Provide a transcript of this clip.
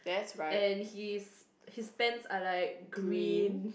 and he is his pants are like green